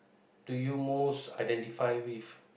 do you most identify with